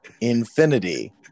infinity